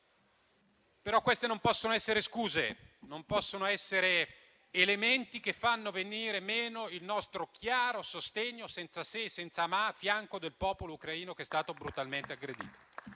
però, non possono essere scuse, non possono essere elementi che facciano venir meno il nostro chiaro sostegno, senza se e senza ma, a fianco del popolo ucraino che è stato brutalmente aggredito.